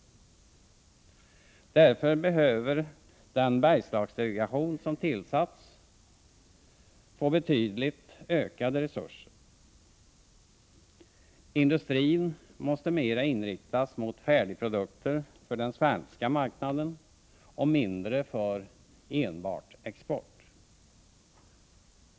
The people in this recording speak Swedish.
Därför behöver den Bergslagsdelegation som nu tillsatts få betydligt ökade resurser. Industrin måste mera inriktas mot färdigprodukter för den svenska marknaden och mindre för enbart export.